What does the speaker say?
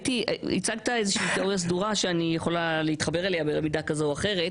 הצגת איזושהי תיאורי הסדורה שאני יכולה להתחבר אליה במידה כזו או אחרת.